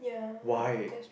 why